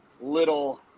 little